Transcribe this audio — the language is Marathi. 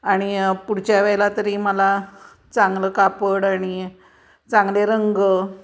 आणि पुढच्या वेळेला तरी मला चांगलं कापड आणि चांगले रंग